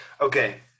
Okay